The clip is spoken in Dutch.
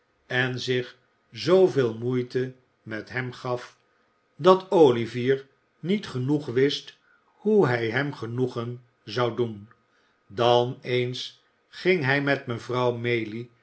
en zich zooveel moeite met hem gaf dat olivier niet genoeg wist hoe hij hem genoegen zou doen dan eens ging hij met mevrouw maylie